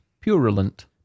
purulent